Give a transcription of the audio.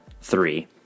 three